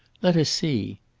let us see!